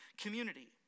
community